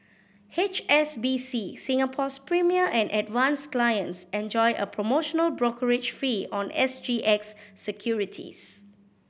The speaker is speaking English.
H S B C Singapore's Premier and Advance clients enjoy a promotional brokerage fee on S G X securities